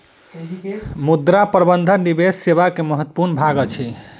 मुद्रा प्रबंधन निवेश सेवा के महत्वपूर्ण भाग अछि